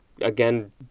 Again